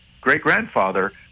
great-grandfather